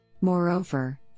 Moreover